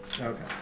Okay